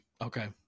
Okay